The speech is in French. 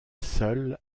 seul